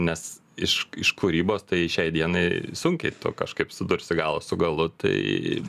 nes iš iš kūrybos tai šiai dienai sunkiai kažkaip sudursi galą su galu tai